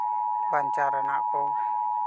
ᱵᱟᱧᱪᱟᱣ ᱨᱮᱱᱟᱜ ᱠᱚ